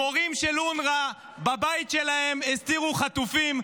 מורים של אונר"א בבית שלהם הסתירו חטופים,